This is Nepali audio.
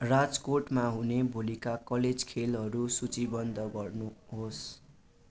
राजकोटमा हुने भोलिका कलेज खेलहरू सूची बन्द गर्नुहोस्